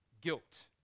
guilt